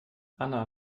anna